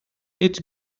it’s